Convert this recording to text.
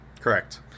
Correct